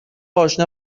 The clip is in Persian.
آشنا